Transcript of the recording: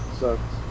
sucks